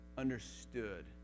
understood